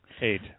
Eight